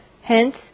hence